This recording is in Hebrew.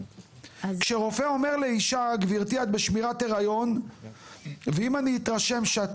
כשרופא אומר לאישה גברתי את בשמירת הריון ואם אני אתרשם שאת